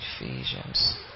Ephesians